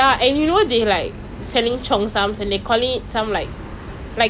same same I mean I don't trust online shops that much lah but ya